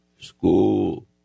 school